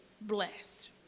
blessed